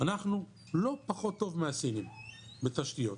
אנחנו לא פחות טוב מהסינים בתשתיות.